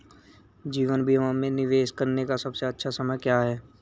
जीवन बीमा में निवेश करने का सबसे अच्छा समय क्या है?